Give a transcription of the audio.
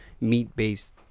meat-based